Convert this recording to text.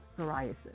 psoriasis